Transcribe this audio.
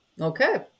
Okay